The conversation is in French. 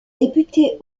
débuté